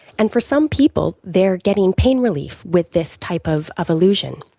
and for some people they are getting pain relief with this type of of illusion.